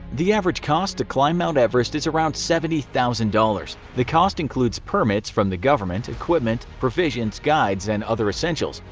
the average cost to climb mount everest is around seventy thousand dollars. the cost includes permits from the government, equipment, provisions, guides, and other essentials.